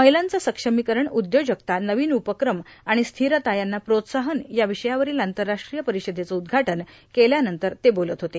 महिलांचे सक्षमीकरण उद्योजकता नवीन उपक्रम आणि स्थिरता यांना प्रोत्साहन या विषयावरील आंतरराष्ट्रीय परिवेदेच उद्याटन केल्यानंतर ते बोलत होते